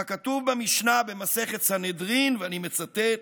ככתוב במשנה במסכת סנהדרין, ואני מצטט: